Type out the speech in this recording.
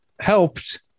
helped